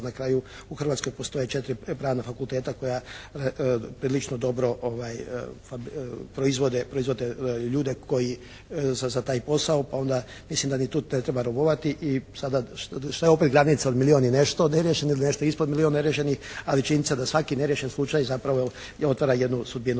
Na kraju u Hrvatskoj postoje 4 pravna fakulteta koja prilično dobro proizvode ljude koji za taj posao, pa onda mislim da ni tu ne treba …/Govornik se ne razumije./… i sada šta je opet glavnica od milijun i nešto neriješeno ili nešto ispod milijon neriješenih, ali činjenica da svaki neriješeni slučaj zapravo …/Govornik se